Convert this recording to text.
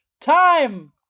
time